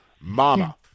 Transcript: Mama